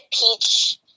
Peach